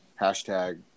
Hashtag